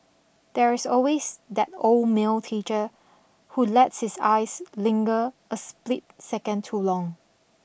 there is always that old male teacher who lets his eyes linger a split second too long